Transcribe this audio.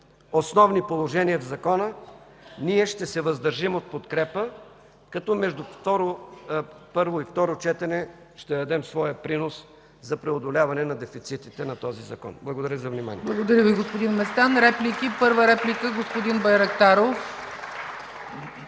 основни положения в Закона, ние ще се въздържим от подкрепа, като между първо и второ четене ще дадем своя принос за преодоляване на дефицитите на този закон. Благодаря за вниманието.